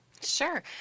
sure